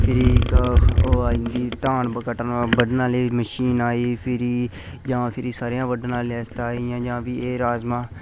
ते फिरी धान कट्टने बड्ढने आह्ली मशीन आई जां फिरी स'रेआं बड्ढने आस्तै आइयां जां फिर एह् राजमां